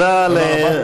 תודה רבה.